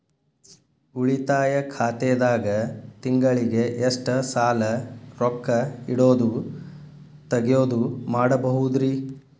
ಉಳಿತಾಯ ಖಾತೆದಾಗ ತಿಂಗಳಿಗೆ ಎಷ್ಟ ಸಲ ರೊಕ್ಕ ಇಡೋದು, ತಗ್ಯೊದು ಮಾಡಬಹುದ್ರಿ?